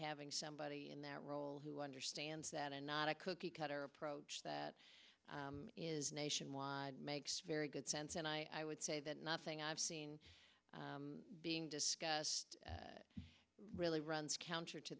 having somebody in that role who understands that and not a cookie cutter approach that is nationwide makes very good sense and i would say that nothing i've seen being discussed really runs counter to